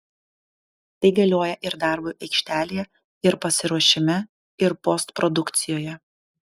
tai galioja ir darbui aikštelėje ir pasiruošime ir postprodukcijoje